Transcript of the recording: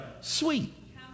sweet